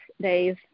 days